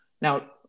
Now